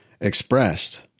expressed